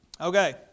Okay